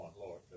Lord